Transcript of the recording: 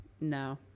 no